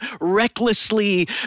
recklessly